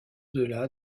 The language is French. delà